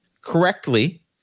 correctly